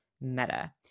Meta